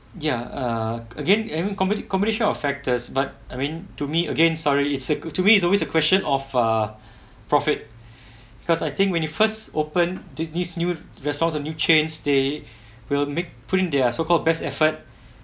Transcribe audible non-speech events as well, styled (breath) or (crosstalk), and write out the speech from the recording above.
ya err again I mean combi~ combination of factors but I mean to me again sorry it's a to me is always a question of ah profit because I think when it first open this this new restaurants of new chain they will make put in their so called best effort (breath)